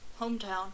hometown